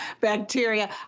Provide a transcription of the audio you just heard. bacteria